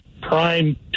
prime